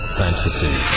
fantasy